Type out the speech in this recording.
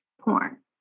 porn